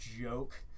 joke